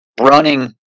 running